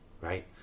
right